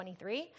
23